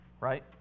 right